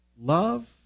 Love